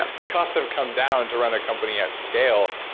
ah the cost have come down to run a company at scale.